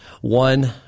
One